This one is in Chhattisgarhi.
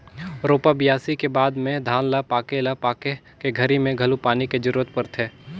रोपा, बियासी के बाद में धान ल पाके ल पाके के घरी मे घलो पानी के जरूरत परथे